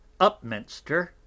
Upminster